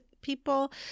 people